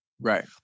right